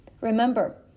remember